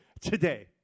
today